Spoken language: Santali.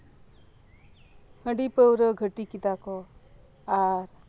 ᱦᱟᱺᱰᱤ ᱯᱟᱹᱣᱨᱟᱹ ᱜᱷᱟᱹᱴᱤ ᱠᱮᱫᱟ ᱠᱚ ᱟᱨ